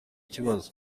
kibazo